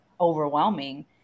overwhelming